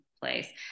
place